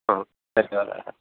धन्यवादाः